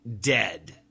dead